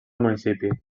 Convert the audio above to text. municipi